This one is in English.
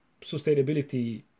sustainability